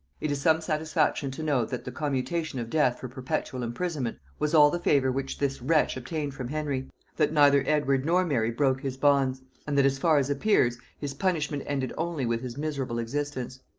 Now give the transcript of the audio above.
it is some satisfaction to know, that the commutation of death for perpetual imprisonment was all the favor which this wretch obtained from henry that neither edward nor mary broke his bonds and that, as far as appears, his punishment ended only with his miserable existence.